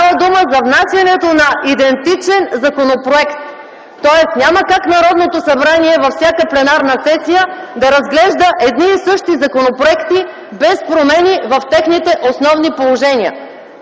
за внасянето на идентичен законопроект, тоест няма как Народното събрание във всяка пленарна сесия да разглежда едни и същи законопроекти без промени в техните основни положения.